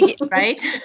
Right